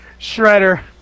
Shredder